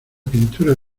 pintura